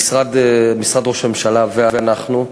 משרד ראש הממשלה ואנחנו,